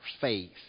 faith